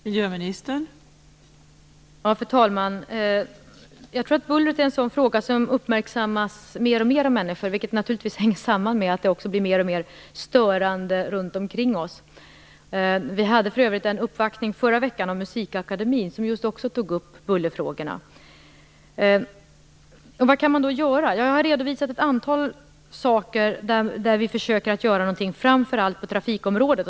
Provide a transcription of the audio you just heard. Fru talman! Jag tror att bullret är en sådan fråga som uppmärksammas mer och mer av människor. Det hänger naturligtvis samman med att det också blir alltmer störande runt omkring oss. Regeringen uppvaktades för övrigt i förra veckan av Musikakademin, som också tog upp bullerfrågorna. Vad kan man då göra? Jag har redovisat ett antal saker där regeringen försöker göra någonting, framför allt på trafikområdet.